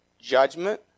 judgment